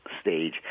stage